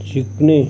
शिकणे